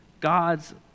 God's